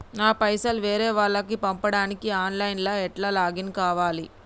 నా పైసల్ వేరే వాళ్లకి పంపడానికి ఆన్ లైన్ లా ఎట్ల లాగిన్ కావాలి?